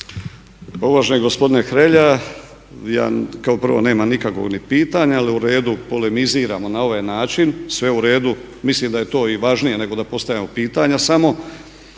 uvaženi gospodine Hrelja, ja kao prvo nemam nikakvog ni pitanja, ali u redu, polemiziramo na ovaj način. Sve u redu. Mislim da je to i važnije nego da postavljamo pitanja samo.